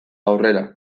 aurrera